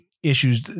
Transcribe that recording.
Issues